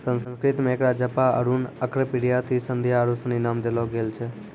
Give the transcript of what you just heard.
संस्कृत मे एकरा जपा अरुण अर्कप्रिया त्रिसंध्या आरु सनी नाम देलो गेल छै